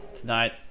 Tonight